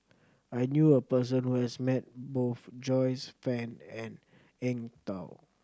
I knew a person who has met both Joyce Fan and Eng Tow